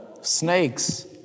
snakes